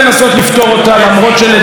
למרות שלדעתי המצב הזה,